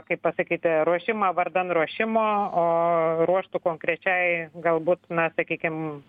kaip pasakyti ruošimą vardan ruošimo o ruoštų konkrečiai galbūt na sakykim